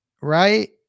Right